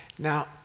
Now